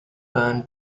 burn